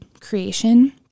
creation